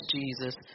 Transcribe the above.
Jesus